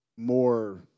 More